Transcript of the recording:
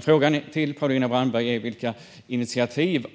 Frågan till Paulina Brandberg är vilka initiativ